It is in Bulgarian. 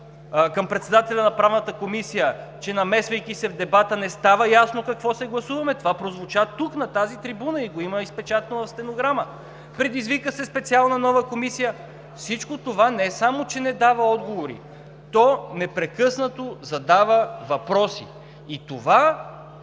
към председателя на Правната комисия, че намесвайки се в дебата, не става ясно какво гласуваме. Това прозвуча тук, на тази трибуна, и го има написано в стенограмата. Предизвика се специална нова комисия. Всичко това не само че не дава отговори, то непрекъснато задава въпроси и е